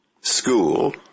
school